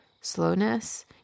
slowness